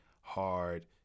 hard